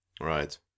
Right